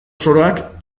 soroak